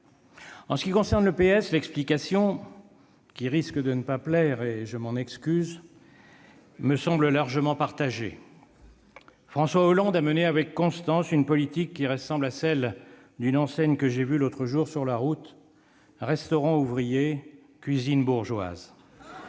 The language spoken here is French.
En ce qui concerne le PS, l'explication, qui risque de ne pas plaire à tout le monde ici, me semble largement partagée. François Hollande a mené avec constance une politique qui m'évoque une enseigne aperçue l'autre jour sur la route :« restaurant ouvrier, cuisine bourgeoise